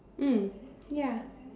mm ya